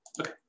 Okay